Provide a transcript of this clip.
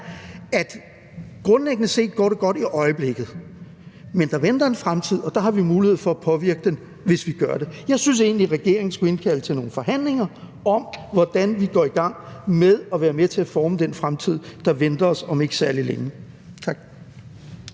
det grundlæggende set går godt i øjeblikket, men der venter en fremtid, og der har vi mulighed for at påvirke den, hvis vi gør det. Jeg synes egentlig, at regeringen skulle indkalde til nogle forhandlinger om, hvordan vi går i gang med at være med til at forme den fremtid, der venter os om ikke særlig længe. Tak.